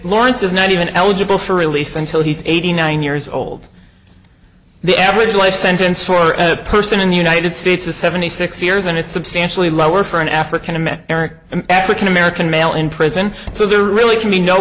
lawrence is not even eligible for release until he's eighty nine years old the average life sentence for a person in the united states is seventy six years and it's substantially lower for an african american an african american male in prison so there really can be no